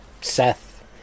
Seth